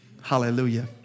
Hallelujah